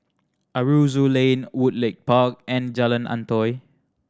Aroozoo Lane Woodleigh Park and Jalan Antoi